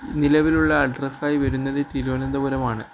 നിലവിലുള്ള അഡ്രസ്സായി വരുന്നത് തിരുവനന്തപുരമാണ്